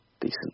decent